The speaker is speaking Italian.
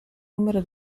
numero